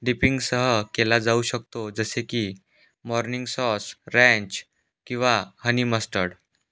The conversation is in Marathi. डिपिंगसह केला जाऊ शकतो जसे की मॉर्निंग सॉस रँच किंवा हनी मस्टर्ड